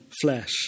flesh